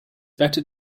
better